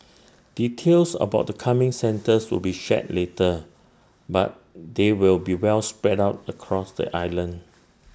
details about the coming centres will be shared later but they will be well spread out across the island